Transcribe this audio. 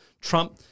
trump